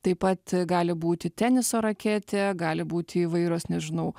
taip pat gali būti teniso raketė gali būt įvairios nežinau